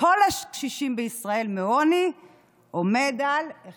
כל הקשישים בישראל מעוני עומד על